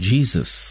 Jesus